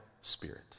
spirit